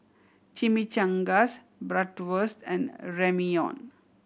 Chimichangas Bratwurst and Ramyeon